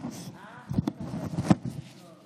מעולם לא